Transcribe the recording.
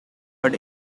but